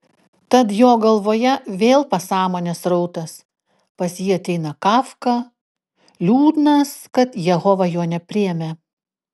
tad jo galvoje vėl pasąmonės srautas pas jį ateina kafka liūdnas kad jehova jo nepriėmė